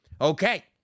okay